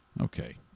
Okay